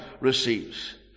receives